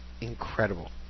incredible